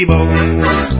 Bones